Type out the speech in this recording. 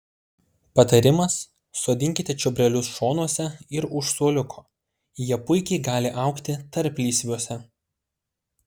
patarimas sodinkite čiobrelius šonuose ir už suoliuko jie puikiai gali augti tarplysviuose